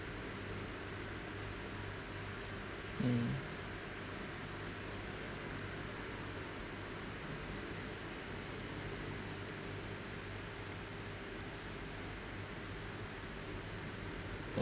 mm